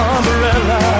Umbrella